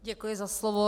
Děkuji za slovo.